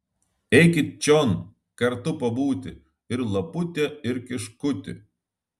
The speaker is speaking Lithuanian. eikit čion kartu pabūti ir lapute ir kiškuti